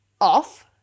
off